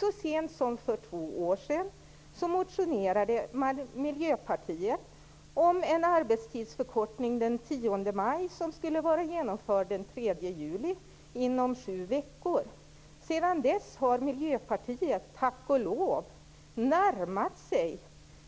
Så sent som den 10 maj för två år sedan motionerade Miljöpartiet om en arbetstidsförkortning som skulle vara genomförd den 3 juli, inom sju veckor. Sedan dess har Miljöpartiet, tack och lov, närmat sig